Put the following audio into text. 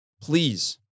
Please